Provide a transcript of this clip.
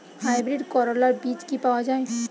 Hybrid করলার বীজ কি পাওয়া যায়?